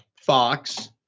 Fox